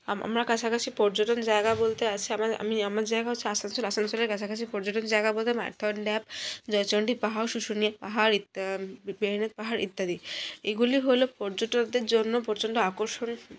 আমার কাছাকাছি পর্যটন জায়গা বলতে আছে আমি আমার জায়গা হচ্ছে আসানসোল আসানসোলের কাছাকাছি পর্যটন জায়গা বলতে মাইথন ড্যাম জয়চন্ডি পাহাড় শুশুনিয়া পাহাড় ইত্যা ইত্যাদি এগুলি হল পর্যটকদের জন্য প্রচণ্ড আকর্ষণ